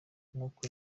nuko